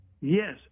yes